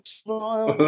smile